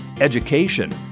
education